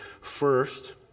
First